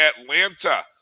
Atlanta